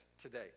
today